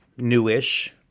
newish